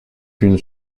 une